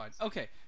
Okay